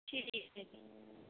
ਠੀਕ ਹੈ ਜੀ